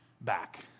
back